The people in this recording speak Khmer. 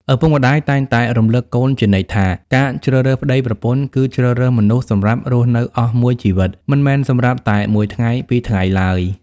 ឪពុកម្ដាយតែងតែរំលឹកកូនជានិច្ចថា "ការជ្រើសរើសប្ដីប្រពន្ធ គឺជ្រើសរើសមនុស្សសម្រាប់រស់នៅអស់មួយជីវិត មិនមែនសម្រាប់តែមួយថ្ងៃពីរថ្ងៃឡើយ"។